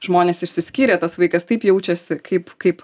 žmonės išsiskyrė tas vaikas taip jaučiasi kaip kaip